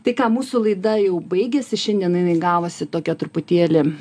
tai ką mūsų laida jau baigėsi šiandien jinai gavosi tokia truputėlį